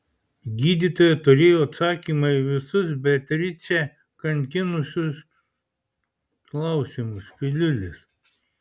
gydytoja turėjo atsakymą į visus beatričę kankinančius klausimus piliulės